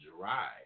dry